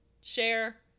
share